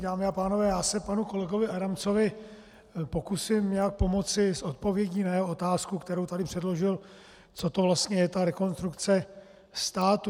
Dámy a pánové, já se panu kolegovi Adamcovi pokusím nějak pomoci s odpovědí na jeho otázku, kterou tu předložil, co to vlastně je ta Rekonstrukce státu.